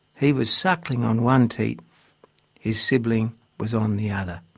he was suckling on one teat his sibling was on the other.